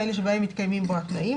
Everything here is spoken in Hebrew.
בהם מתקיימים התנאים,